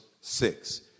six